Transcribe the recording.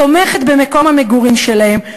תומכת במקום המגורים שלהם,